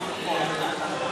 התקבלה.